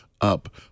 up